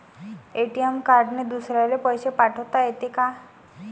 ATM कार्डने दुसऱ्याले पैसे पाठोता येते का?